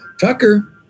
Tucker